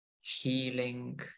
healing